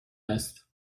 است